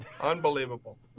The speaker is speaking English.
unbelievable